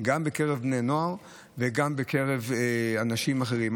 גם בקרב בני נוער וגם בקרב אנשים אחרים.